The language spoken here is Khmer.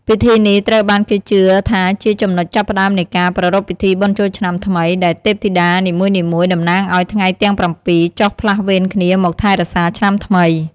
ពិធីនេះត្រូវបានគេជឿថាជាចំណុចចាប់ផ្ដើមនៃការប្រារព្ធពិធីបុណ្យចូលឆ្នាំថ្មី ដែលទេពធីតានីមួយៗតំណាងឲ្យថ្ងៃទាំងប្រាំពីរ ចុះផ្លាស់វេនគ្នាមកថែរក្សាឆ្នាំថ្មី។